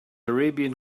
arabian